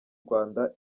rwanda